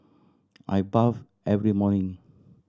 I bathe every morning